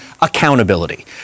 accountability